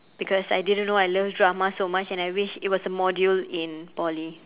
because I didn't know I loved drama so much and I wish it was a module in poly